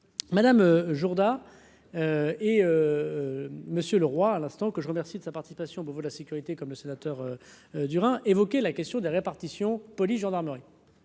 Madame Jourda et monsieur le roi à l'instant que je remercie de sa participation pour vous, la sécurité, comme le sénateur du évoqué la question de la répartition, police, gendarmerie,